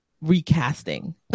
recasting